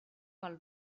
pel